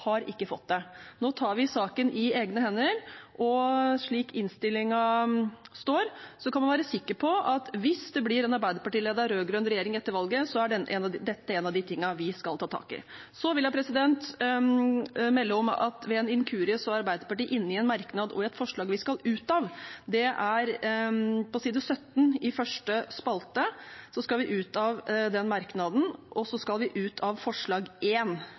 har ikke fått det. Nå tar vi saken i egne hender, og slik innstillingen står, kan man være sikker på at hvis det blir en Arbeiderparti-ledet rød-grønn regjering etter valget, er dette en av de tingene vi skal ta tak i. Så vil jeg melde om at ved en inkurie er Arbeiderpartiet inne i en merknad og et forslag vi skal ut av. Merknaden på side 17 i første spalte skal vi ut av, og så skal vi ut av forslag